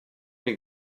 les